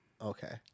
Okay